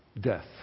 death